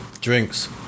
drinks